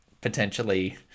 potentially